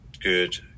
good